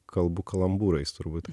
kalbu kalambūrais turbūt